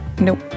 nope